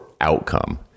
outcome